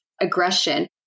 aggression